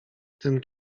tym